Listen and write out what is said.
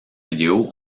vidéo